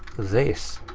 this.